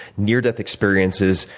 near death experiences,